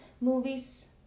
Movies